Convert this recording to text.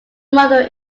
model